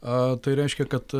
a tai reiškia kad